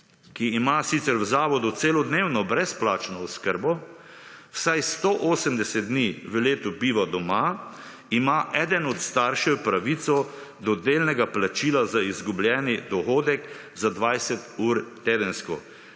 ki ima sicer v zavodu celodnevno brezplačno oskrbo vsaj 180 dni v letu biva doma ima eden od staršev pravico do delnega plačila za izgubljeni dohodek za 20 ur tedensko.